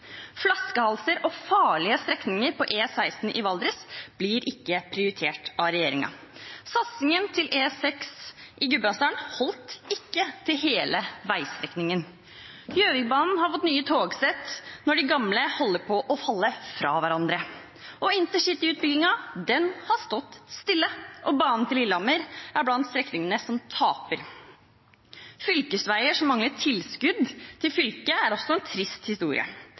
Flaskehalser og farlige strekninger på E16 i Valdres blir ikke prioritert av regjeringen. Satsingen til E6 i Gudbrandsdalen holdt ikke til hele veistrekningen. Gjøvikbanen har fått nye togsett når de gamle holdt på å falle fra hverandre. Intercityutbyggingen har stått stille, og banen til Lillehammer er blant strekningene som taper. Fylkesveier som mangler tilskudd, er også en trist historie.